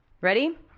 Ready